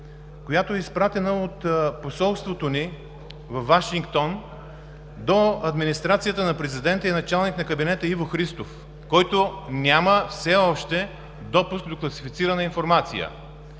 изпратена от посолството ни във Вашингтон до администрацията на президента и началника на кабинета Иво Христов, който все още няма допуск до класифицирана информация.